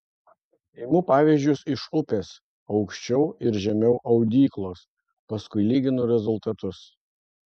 imu pavyzdžius iš upės aukščiau ir žemiau audyklos paskui lyginu rezultatus